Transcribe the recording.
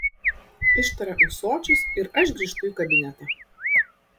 ištaria ūsočius ir aš grįžtu į kabiną